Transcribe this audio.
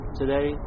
today